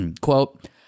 quote